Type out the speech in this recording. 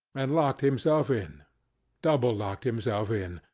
and locked himself in double-locked himself in,